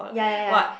ya ya ya